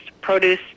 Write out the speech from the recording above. produce